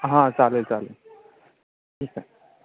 हां चालेल चालेल ठीक आहे